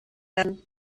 werden